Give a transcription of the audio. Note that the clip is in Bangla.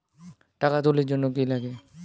টাকা তুলির জন্যে কি লাগে?